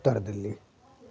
Uttar Delhi